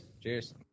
Cheers